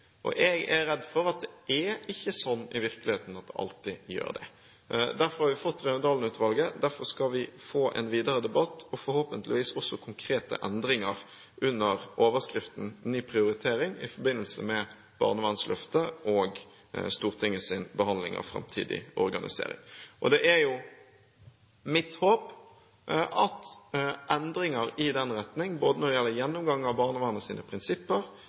Jeg er redd for at det er ikke sånn i virkeligheten at det alltid gjør det. Derfor har vi fått Raundalen-utvalget. Derfor skal vi få en videre debatt og forhåpentligvis også konkrete endringer under overskriften «Ny prioritering» i forbindelse med barnevernsløftet og Stortingets behandling av framtidig organisering. Det er mitt håp at endringer i den retning, både når det gjelder gjennomgang av barnevernets prinsipper,